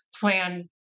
plan